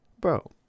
bro